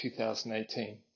2018